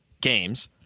games